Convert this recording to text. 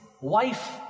wife